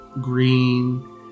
green